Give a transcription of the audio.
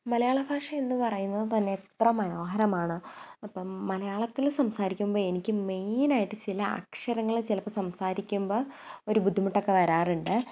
മലയാളഭാഷ എന്നു പറയുന്നത് തന്നെ എത്ര മനോഹരമാണ് ഇപ്പം മലയാളത്തിൽ സംസാരിക്കുമ്പോൾ എനിക്ക് മെയിനായിട്ട് ചില അക്ഷരങ്ങൾ ചിലപ്പോൾ സംസാരിക്കുമ്പം ഒരു ബുദ്ധിമുട്ടൊക്കെ